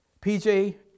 PJ